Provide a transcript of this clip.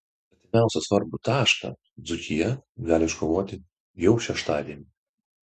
artimiausią svarbų tašką dzūkija gali iškovoti jau šeštadienį